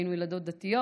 היינו ילדות דתיות,